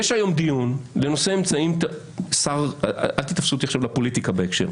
אל תתפסו אותי עכשיו לפוליטיקה בהקשר.